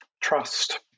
trust